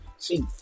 See